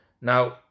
Now